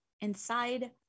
inside